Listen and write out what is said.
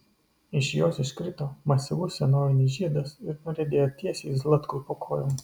iš jos iškrito masyvus senovinis žiedas ir nuriedėjo tiesiai zlatkui po kojom